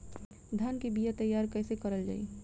धान के बीया तैयार कैसे करल जाई?